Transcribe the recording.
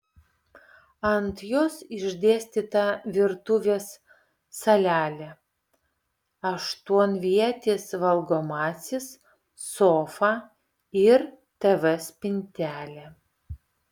ant jos išdėstyta virtuvės salelė aštuonvietis valgomasis sofa ir tv spintelė